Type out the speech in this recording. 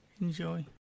Enjoy